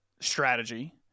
strategy